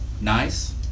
Nice